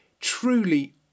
truly